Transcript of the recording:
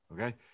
okay